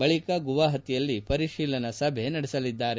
ಬಳಿಕ ಗುವಾಹತಿಯಲ್ಲಿ ಪರಿಶೀಲನಾ ಸಭೆ ನಡೆಸಲಿದ್ದಾರೆ